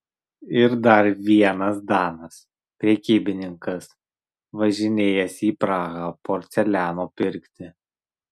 ir dar vienas danas prekybininkas važinėjęs į prahą porceliano pirkti